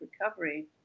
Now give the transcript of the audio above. recovery